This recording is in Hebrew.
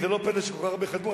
ולא פלא שכל כך הרבה חתמו,